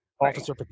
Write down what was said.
officer